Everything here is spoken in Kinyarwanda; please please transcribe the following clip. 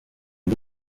iyi